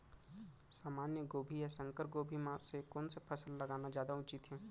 सामान्य गोभी या संकर गोभी म से कोन स फसल लगाना जादा उचित हे?